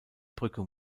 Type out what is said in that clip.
brücke